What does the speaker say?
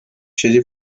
siedzi